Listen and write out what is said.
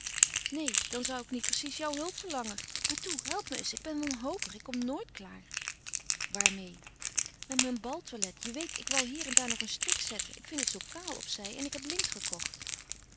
neen dan zou ik niet precies jouw hulp verlangen maar toe help me eens ik ben wanhopig ik kom nooit klaar waarmeê met mijn baltoilet je weet ik woû hier en daar nog een strik zetten ik vind het zoo kaal op zij en ik heb lint gekocht